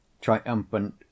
triumphant